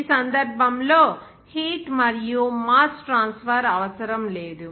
ఆ సందర్భంలో హీట్ మరియు మాస్ ట్రాన్స్ఫర్ అవసరం లేదు